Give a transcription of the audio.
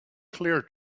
clear